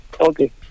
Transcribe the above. Okay